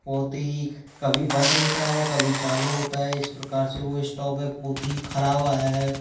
बहुत ही कभी बंद होता है कभी चालू होता है इस प्रकार से वो इस्टॉग है बहुत ही खराब आया है